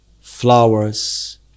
flowers